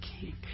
King